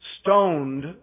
stoned